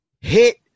Hit